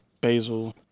basil